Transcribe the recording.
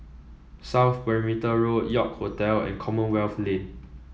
South Perimeter Road York Hotel and Commonwealth Lane